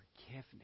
forgiveness